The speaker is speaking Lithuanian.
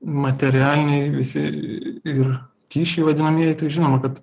materialiniai visi ir kyšiai vadinamieji tai žinoma kad